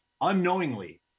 unknowingly